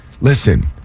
listen